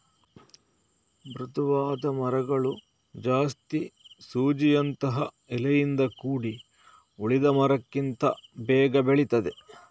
ಮೃದುವಾದ ಮರಗಳು ಜಾಸ್ತಿ ಸೂಜಿಯಂತಹ ಎಲೆಯಿಂದ ಕೂಡಿ ಉಳಿದ ಮರಕ್ಕಿಂತ ಬೇಗ ಬೆಳೀತದೆ